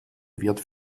wird